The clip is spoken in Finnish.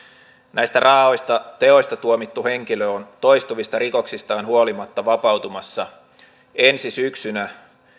näistä raaoista teoista tuomittu henkilö on toistuvista rikoksistaan huolimatta vapautumassa ensi syksynä